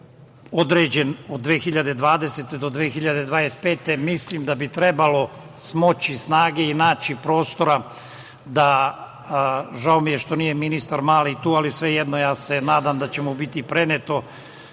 određen, od 2020. do 2025, mislim da bi trebalo smoći snage i naći prostora da, žao mi je što nije ministar Mali tu ali svejedno, nadam se da će mu biti preneto,